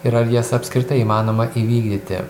ir ar jas apskritai įmanoma įvykdyti